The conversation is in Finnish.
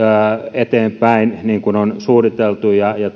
eteenpäin niin kuin on suunniteltu ja ja